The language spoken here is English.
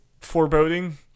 foreboding